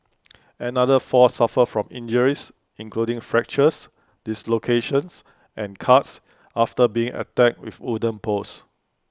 another four suffered from injuries including fractures dislocations and cuts after being attacked with wooden poles